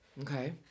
Okay